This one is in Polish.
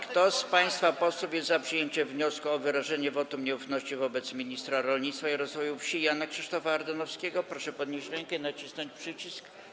Kto z państwa posłów jest za przyjęciem wniosku o wyrażenie wotum nieufności wobec ministra rolnictwa i rozwoju wsi Jana Krzysztofa Ardanowskiego, proszę podnieść rękę i nacisnąć przycisk.